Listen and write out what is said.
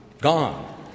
gone